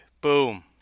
Boom